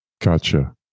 Gotcha